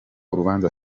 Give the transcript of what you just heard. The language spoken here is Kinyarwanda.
urubanza